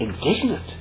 indignant